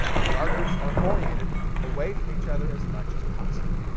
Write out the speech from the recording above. the r groups are oriented away from each other as much as possible.